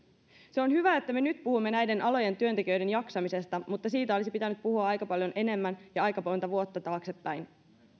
se on hyvä että me nyt puhumme näiden alojen työntekijöiden jaksamisesta mutta siitä olisi pitänyt puhua aika paljon enemmän ja aika monta vuotta taaksepäin